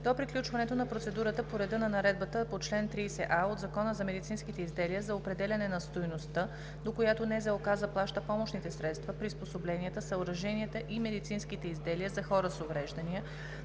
До приключването на процедурата по реда на наредбата по чл. 30а от Закона за медицинските изделия за определяне на стойността, до която НЗОК заплаща помощните средства, приспособленията, съоръженията и медицинските изделия за хората с увреждания,